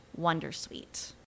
wondersuite